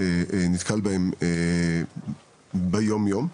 אני נתקל בהם באופן יום יומי.